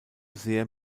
sehr